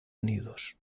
unidos